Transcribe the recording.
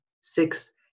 Six